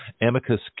Amicus